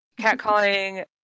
catcalling